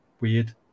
weird